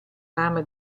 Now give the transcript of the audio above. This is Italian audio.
fama